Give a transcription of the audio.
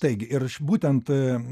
taigi ir būtent